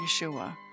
Yeshua